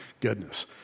goodness